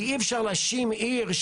כי אי אפשר להאשים עיר,